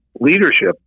leadership